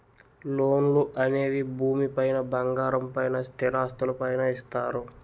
లోన్లు అనేవి భూమి పైన బంగారం పైన స్థిరాస్తులు పైన ఇస్తారు